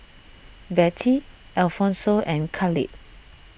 Bettye Alphonso and Khalid